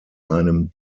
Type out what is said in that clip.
einem